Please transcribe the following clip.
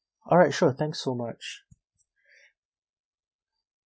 alright sure thanks so much